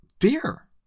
fear